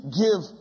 give